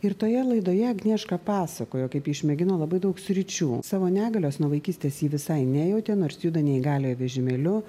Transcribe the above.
ir toje laidoje agnieška pasakojo kaip išmėgino labai daug sričių savo negalios nuo vaikystės ji visai nejautė nors juda neįgaliojo vežimėliu